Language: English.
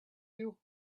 you